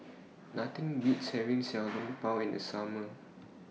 Nothing Beats having Xiao Long Bao in The Summer